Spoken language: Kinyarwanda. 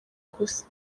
gusa